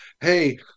Hey